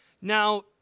Now